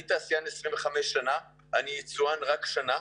אני תעשיין 25 שנה, אני יצואן רק שנה.